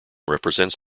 represents